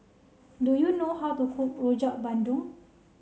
do you know how to cook Rojak Bandung